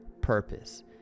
purpose